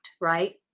right